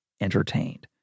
entertained